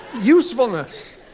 Usefulness